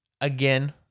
Again